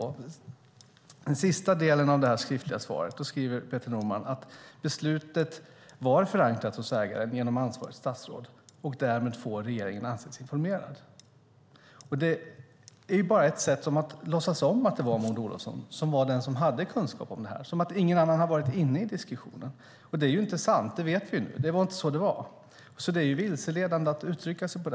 I den sista delen av interpellationssvaret säger Peter Norman: Beslutet var förankrat hos ägaren genom ansvarigt statsråd, och därmed får regeringen anses informerad. Det är bara ett sätt att låtsas som att det endast var Maud Olofsson som hade kunskap om detta och att ingen annan var inne i diskussionen. Men vi vet nu att det inte är sant; det var inte så det var. Det är därför vilseledande att uttrycka sig så.